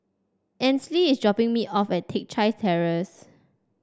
Ainsley is dropping me off at Teck Chye Terrace